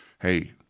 hey